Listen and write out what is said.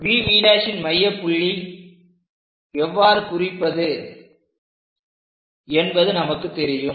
VVன் மையப்புள்ளியை எவ்வாறு குறிப்பது என்பது நமக்கு தெரியும்